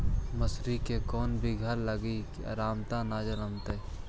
मसुरी के कोन बियाह लगइबै की अमरता न जलमतइ?